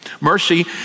Mercy